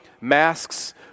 masks